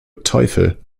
teufel